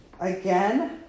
Again